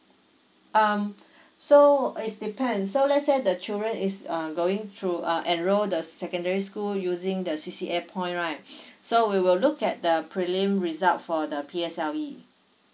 um so is depend so let's say the children is um going through uh enroll the secondary school using the C_C_A point right so we will look at the prelim result for the P_S_L_E